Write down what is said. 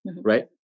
right